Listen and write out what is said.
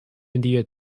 india